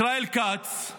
ישראל כץ,